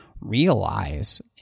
realize